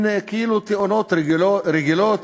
כאילו תאונות רגילות,